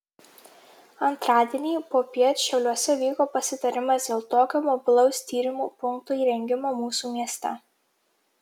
antradienį popiet šiauliuose vyko pasitarimas dėl tokio mobilaus tyrimų punkto įrengimo mūsų mieste